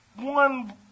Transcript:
one